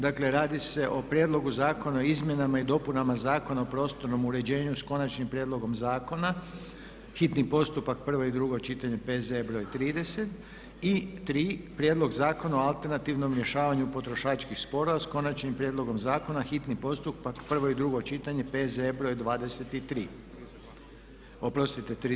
Dakle, radi se o prijedlogu zakona o izmjenama i dopunama Zakona o prostornom uređenju s konačnim prijedlogom zakona, hitni postupak, prvo i drugo čitanje, P.Z.E. br. 30 i prijedlogu Zakona o alternativnom rješavanju potrošačkih sporova s konačnim prijedlogom zakona, hitni postupak, prvo i drugo čitanje, P.Z.E. br. 32.